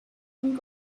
and